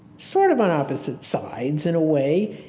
sort of on opposite sides in a way,